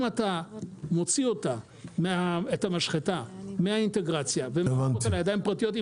אם אתה מוציא את המשחטה מהאינטגרציה ומעביר אותה לידיים פרטיות,